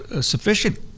sufficient